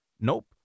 nope